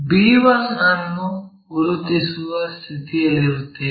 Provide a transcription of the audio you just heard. b1 ಅನ್ನು ಗುರುತಿಸುವ ಸ್ಥಿತಿಯಲ್ಲಿರುತ್ತೇವೆ